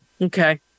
okay